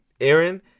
Aaron